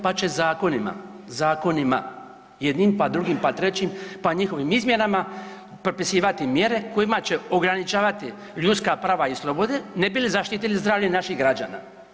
Pa će zakonima jednim, pa drugim, pa trećim, pa njihovim izmjenama propisivati mjere kojima će ograničavati ljudska prava i slobode nebi li zaštitili zdravlje naših građana.